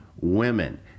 women